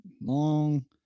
Long